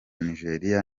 nigeria